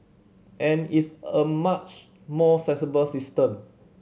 and it's a much more sensible system